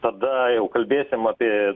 tada jau kalbėsim apie